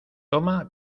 toma